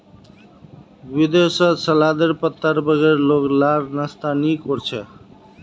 विदेशत सलादेर पत्तार बगैर लोग लार नाश्ता नि कोर छे